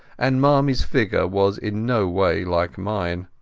and marmieas figure was in no way like mine.